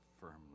firmly